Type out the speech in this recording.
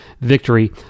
victory